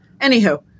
Anywho